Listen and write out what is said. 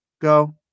go